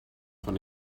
von